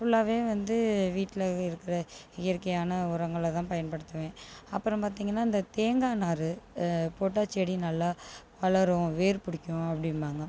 ஃபுல்லாவே வந்து வீட்டில் இருக்கிற இயற்கையான உரங்களை தான் பயன்படுத்துவேன் அப்புறம் பார்த்திங்கன்னா இந்த தேங்காய் நார் போட்ட செடி நல்லா வளரும் வேர் பிடிக்கும் அப்படின்ம்பாங்க